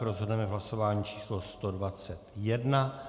Rozhodneme v hlasování číslo 121.